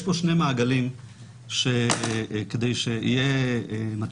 יש פה שני מעגלים שצריך לעבור כדי להטיל סנקציה: